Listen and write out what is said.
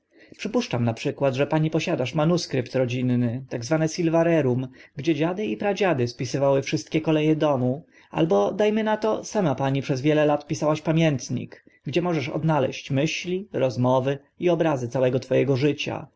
puszczam na przykład że pani posiadasz manuskrypt rodzinny tak zwane silva rerum gdzie dziady i pradziady spisywały wszystkie kole e domu albo da my na to sama pani przez lat wiele pisałaś pamiętnik gdzie możesz odnaleźć myśli rozmowy i obrazy całego twego życia